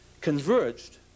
converged